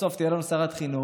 שסוף-סוף תהיה לנו שרת חינוך.